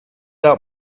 out